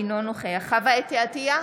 אינו נוכח חוה אתי עטייה,